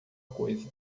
coisa